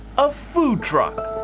a food truck.